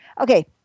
Okay